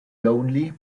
lonely